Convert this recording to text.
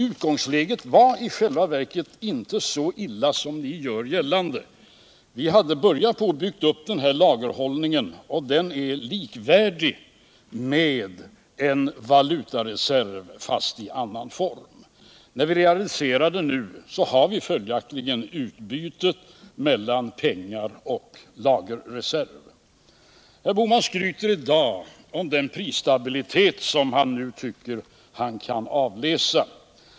Utgångsläget var i själva verket inte så illa som ni säger. Vi hade börjat att bygga upp lagerhållningen, och den är likvärdig med en valutareserv. När vi realiserar den nu har vi följaktligen ett byte mellan pengar och lagerreserv. Herr Bohman skryter i dag om den prisstabilitet som han nu tycker sig kunna avläsa.